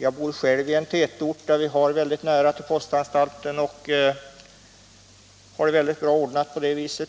Jag bor själv i en tätort, där vi har mycket nära till postanstalten och bra ordnat på det viset.